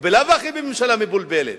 הוא בלאו הכי בממשלה מבולבלת,